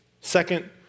Second